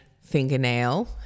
fingernail